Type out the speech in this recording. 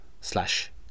slash